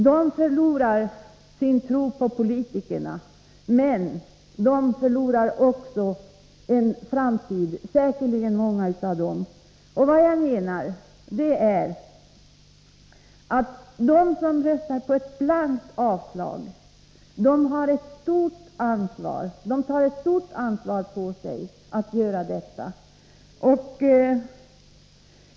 De förlorar sin tro på politikerna, och många av dem förlorar säkerligen också en framtid. De som röstar för ett blankt avslag tar på sig ett stort ansvar genom att göra detta.